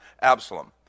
Absalom